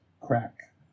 crack